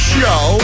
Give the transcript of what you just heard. show